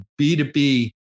B2B